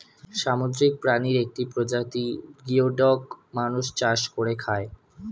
সামুদ্রিক প্রাণীর একটি প্রজাতি গিওডক মানুষ চাষ করে খায়